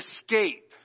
escape